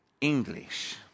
English